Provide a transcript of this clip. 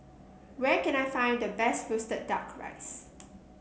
where can I find the best roasted duck rice